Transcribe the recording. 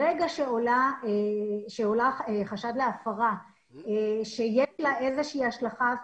ברגע שעולה חשד להפרה שיש לה איזושהי השלכה,